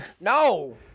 No